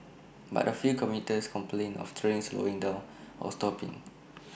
but A few commuters complained of trains slowing down or stopping